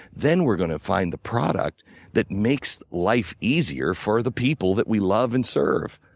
then we're going to find the product that makes life easier for the people that we love and serve.